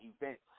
events